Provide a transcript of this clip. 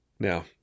Now